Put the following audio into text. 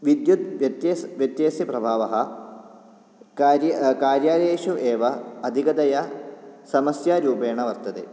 विद्युत्युत् व्यत्यस् व्यत्ययस्य प्रभावः कार्य कार्यालयेषु एव अदिकतया समस्यारूपेण वर्तते